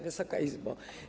Wysoka Izbo!